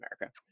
america